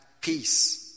peace